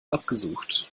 abgesucht